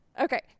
okay